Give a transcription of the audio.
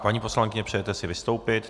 Paní poslankyně, přejete si vystoupit?